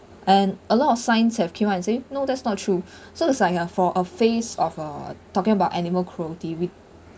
and a lot of signs have keep what I'm saying no that's not true so it's like a for a phase of uh talking about animal cruelty with